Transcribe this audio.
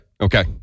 Okay